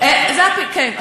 כן.